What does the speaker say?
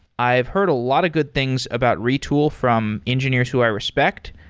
i've heard a lot of good things about retool from engineers who i respect.